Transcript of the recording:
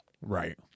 Right